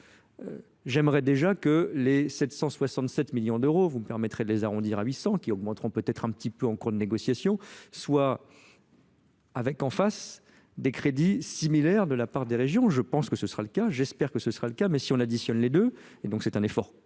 cent soixante sept millions d'euros vous me permettrez de les arrondir à huit cents qui augmenteront peut être un petit peu en cours de de négociation soit avec en face des crédits similaires de la part des régions je pense que ce sera le cas j'espère que ce sera le cas mais si on additionne les deux et donc c'est un effort